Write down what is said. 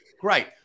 great